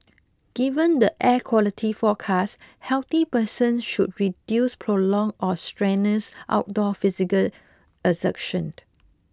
given the air quality forecast healthy persons should reduce prolonged or strenuous outdoor physical exertion